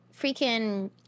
freaking